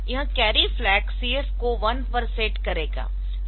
यह carry flag CF को 1 पर सेट करेगा